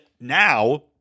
now